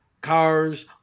cars